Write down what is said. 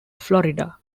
florida